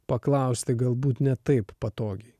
paklausti galbūt ne taip patogiai